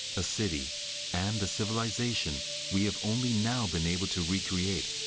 a city and a civilization we have only now been able to recreate,